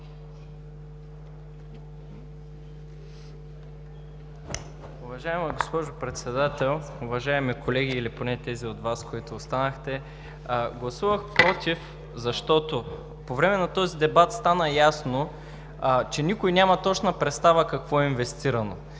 Уважаема госпожо Председател, уважаеми колеги, или поне тези от Вас, които останахте! Гласувах „против“, защото по време на този дебат стана ясно, че никой няма точна представа какво е инвестирано.